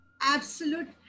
absolute